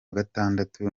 gatandatu